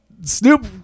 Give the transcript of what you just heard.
Snoop